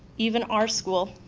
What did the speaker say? even our school,